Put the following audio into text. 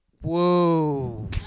Whoa